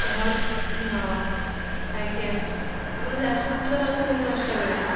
ହଁ ହଁ ଆଜ୍ଞା ଆମର ଯାଜପୁର ଯିବାର ଅଛି କାଲି ଦଶଟା ବେଳେ